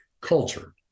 culture